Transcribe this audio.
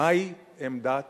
מהי עמדת